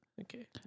Okay